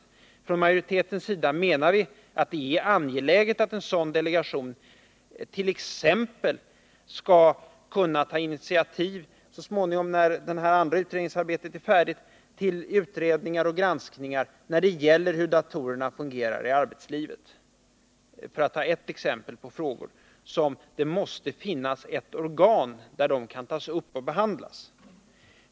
Utskottsmajoriteten menar att det är angeläget att en sådan delegation så småningom, när det andra utredningsarbetet är färdigt, t.ex. skall kunna ta initiativ till utredningar och granskningar när det gäller hur datorerna fungerar inom arbetslivet. Det måste finnas ett organ där dessa frågor kan tas upp och behandlas.